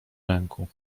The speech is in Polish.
ręku